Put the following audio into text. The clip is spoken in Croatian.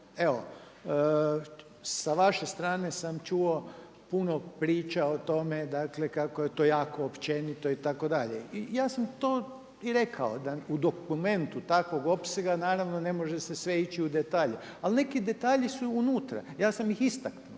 evo, sa vaše strane sam čuo puno priča o tome dakle kako je to jako općenito itd. i ja sam to i rekao da u dokumentu takvog opsega naravno ne može se sve ići u detalje, ali neki detalji su unutra. Ja sam istakao,